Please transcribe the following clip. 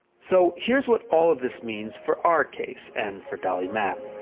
so here's what all of this means for our case and for dolly mapp.